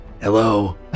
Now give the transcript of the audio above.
Hello